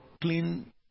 clean